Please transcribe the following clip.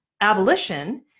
abolition